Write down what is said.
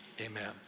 Amen